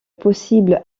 possible